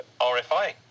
RFI